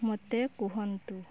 ମୋତେ କୁହନ୍ତୁ